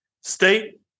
State